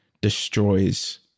destroys